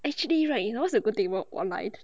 actually right you know what's the good time about online